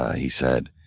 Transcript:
he said,